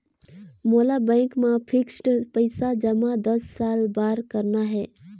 मोला बैंक मा फिक्स्ड पइसा जमा दस साल बार करना हे?